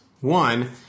One